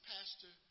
Pastor